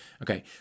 Okay